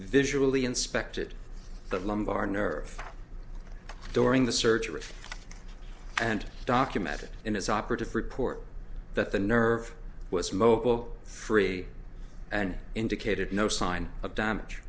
visually inspected the lumbar nerve during the surgery and documented in his operative report that the nerve was mobile free and indicated no sign of damage